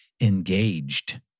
engaged